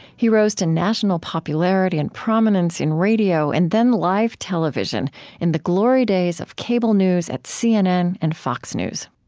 he rose to national popularity and prominence in radio and then live television in the glory days of cable news at cnn and fox news